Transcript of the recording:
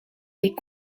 est